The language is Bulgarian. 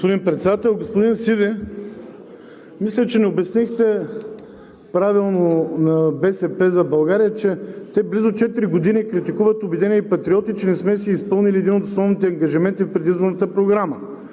Господин Председател! Господин Сиди, мисля, че не обяснихте правилно на „БСП за България“, че те близо четири години критикуват „Обединени патриоти“, че не сме си изпълнили един от основните ангажименти в предизборната програма.